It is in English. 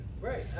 Right